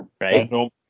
right